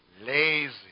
Lazy